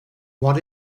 what